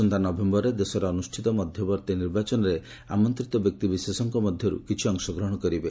ଆସନ୍ତା ନଭେୟରରେ ଦେଶରେ ଅନୁଷ୍ଠିତ ମଧ୍ୟବର୍ତ୍ତୀ ନିର୍ବାଚନରେ ଆମନ୍ତ୍ରୀତ ବ୍ୟକ୍ତି ବିଶେଷଙ୍କ ମଧ୍ୟରୁ କିଛି ଅଂଶଗ୍ରହଣ କରିବେ